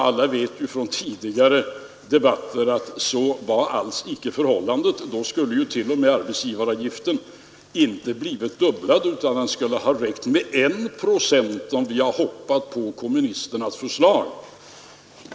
Alla vet från tidigare debatter att så alls inte var förhållandet — i så fall skulle arbetsgivaravgiften inte ha blivit dubblad utan det skulle ha räckt med att höja den med 1 procent.